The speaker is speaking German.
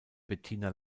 bettina